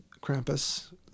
Krampus